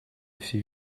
всей